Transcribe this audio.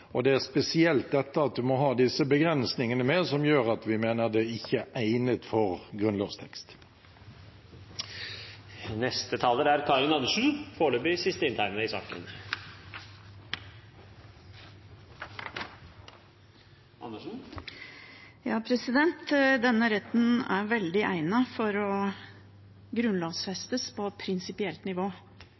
Det er spesielt det at en må ha disse begrensningene med, som gjør at vi mener det ikke er egnet som grunnlovstekst. Denne retten er veldig godt egnet for å grunnlovfestes på prinsipielt nivå nettopp fordi den er under press. Jeg er glad for